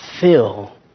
fill